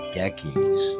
decades